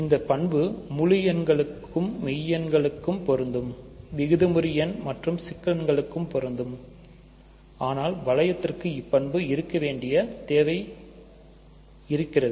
இந்த பண்பு முழுஎண்களுக்கும் மெய்யெண்களுக்கும் பொருந்தும்விகிதமுறு எண் மற்றும் சிக்கலெண்களுக்கும் பொருந்தும் அனால் வளையத்திற்கு இப்பண்பு இருக்க வேண்டிய தேவை இருக்கிறது